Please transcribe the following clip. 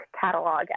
Catalog